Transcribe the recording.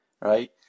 Right